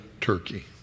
turkey